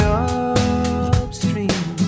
upstream